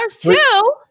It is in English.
two